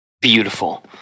Beautiful